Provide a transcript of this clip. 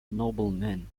noblemen